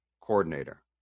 coordinator